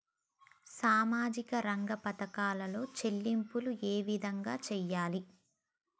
సామాజిక రంగ పథకాలలో చెల్లింపులు ఏ విధంగా చేయాలి?